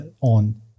on